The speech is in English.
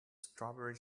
strawberry